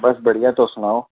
बस बढ़िया तुस सनाओ